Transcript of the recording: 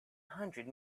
hundred